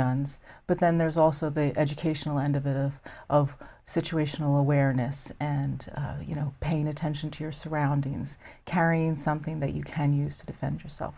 guns but then there's also the educational end of it of situational awareness and you know paying attention to your surroundings carrying something that you can use to defend yourself